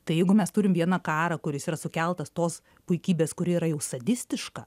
tai jeigu mes turim vieną karą kuris yra sukeltas tos puikybės kuri yra jau sadistiška